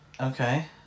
Okay